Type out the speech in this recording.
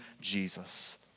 Jesus